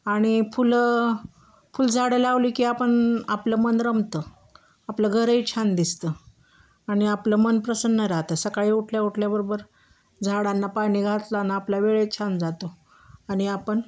आणि फुलं फुलझाडं लावली की आपण आपलं मन रमतं आपलं घरही छान दिसतं आणि आपलं मन प्रसन्न राहतं सकाळी उठल्या उठल्याबरोबर झाडांना पाणी घातलं ना आपला वेळही छान जातो आणि आपण